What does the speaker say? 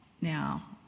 Now